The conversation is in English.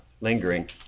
lingering